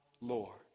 Lord